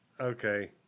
Okay